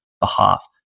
behalf